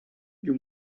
you